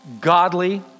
godly